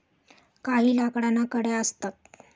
काही लाकडांना कड्या असतात